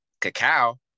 cacao